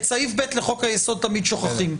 את סעיף (ב) לחוק היסוד תמיד שוכחים,